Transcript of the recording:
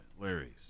Larry's